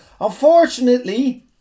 Unfortunately